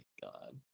God